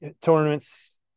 tournaments